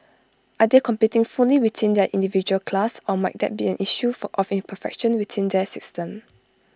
are they competing fully within their individual class or might that be an issue of imperfection within that system